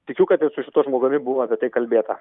tikiu kad ir su šituo žmogumi buvo apie tai kalbėta